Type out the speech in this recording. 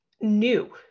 new